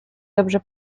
dobrze